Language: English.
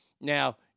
Now